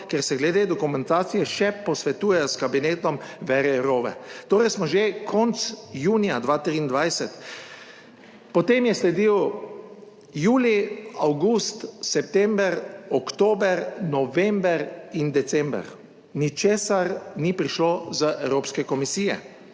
ker se glede dokumentacije še posvetuje s kabinetom Věre Jourove. Torej smo že konec junija 2023. Potem je sledil julij, avgust, september, oktober, november in december. Ničesar ni prišlo iz Evropske komisije.